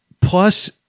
plus